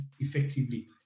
effectively